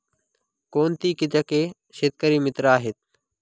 कोणती किटके शेतकरी मित्र आहेत?